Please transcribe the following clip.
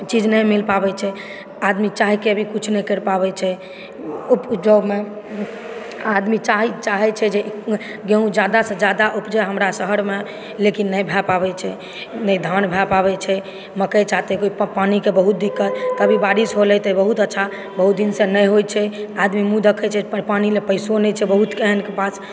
चीज नहि मिल पाबै छै आदमी चाहिके भी किछु नहि करि पाबै छै आदमी चाहै छै जे गेहूॅं जादा सॅं जादा उपजै हमरा शहरमे लेकिन नहि भए पाबै छै नहि धान भए पाबै छै मकइ चाहतै पानिके बहुत दिक्कत कभी बारिश होलै तऽ बहुत अच्छा बहुत दिनसे नहि होइ छै आदमी मुँह देखै छै पानि लए पैसो नही छै बहुत एहन के पास